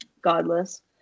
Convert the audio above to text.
godless